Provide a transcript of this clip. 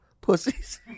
Pussies